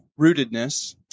rootedness